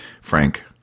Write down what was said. Frank